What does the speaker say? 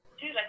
Dude